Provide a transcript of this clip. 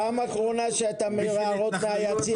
פעם אחרונה שאתה מעיר הערות מהיציע.